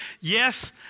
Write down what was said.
yes